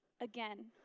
Again